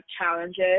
challenges